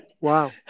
Wow